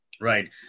Right